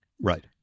Right